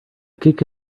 kick